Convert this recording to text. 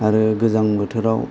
आरो गोजां बोथोराव